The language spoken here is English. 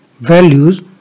values